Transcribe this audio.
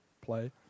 Play